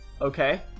Okay